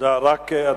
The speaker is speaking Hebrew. תודה רבה.